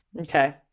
Okay